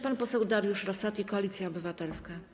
Pan poseł Dariusz Rosati, Koalicja Obywatelska.